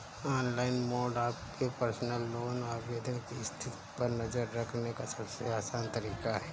online mode आपके personal loan आवेदन की स्थिति पर नज़र रखने का सबसे आसान तरीका है